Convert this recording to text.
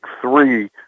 three